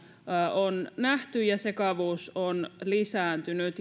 on nähty ja sekavuus on lisääntynyt